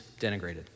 denigrated